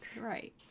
Right